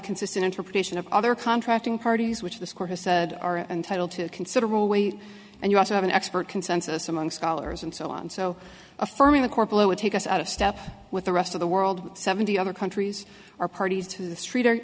consistent interpretation of other contracting parties which this court has said are entitled to considerable weight and you have to have an expert consensus among scholars and so on and so affirming the corporal would take us out of step with the rest of the world seventy other countries or parties to the street or